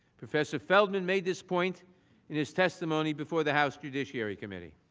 professor feldman made this point in his testimony before the house judiciary committee.